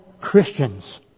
Christians